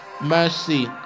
mercy